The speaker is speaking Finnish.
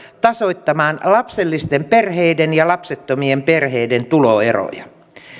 tasoittamaan lapsellisten perheiden ja lapsettomien perheiden tuloeroja